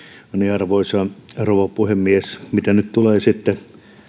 arvoisa rouva puhemies mitä nyt tulee sitten